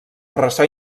ressò